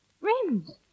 Rims